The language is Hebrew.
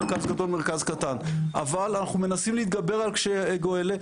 אבל אנחנו מנסים להתגבר על קשיי האגו האלה,